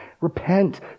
Repent